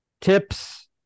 tips